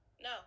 No